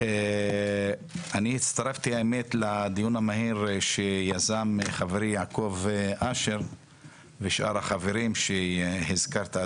אני הצטרפתי לדיון המהיר שיזם חברי יעקב אשר ושאר החברים שהזכרת,